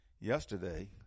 yesterday